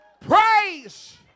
Praise